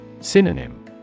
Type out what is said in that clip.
Synonym